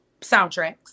soundtracks